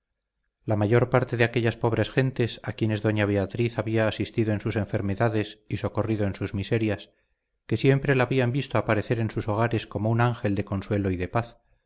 la mayor parte de aquellas pobres gentes a quienes doña beatriz había asistido en sus enfermedades y socorrido en sus miserias que siempre la habían visto aparecer en sus hogares como un ángel de consuelo y de paz